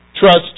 Trust